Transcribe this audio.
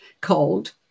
called